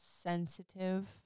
sensitive